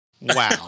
Wow